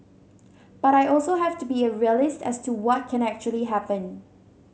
but I also have to be a realist as to what can actually happen